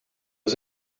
was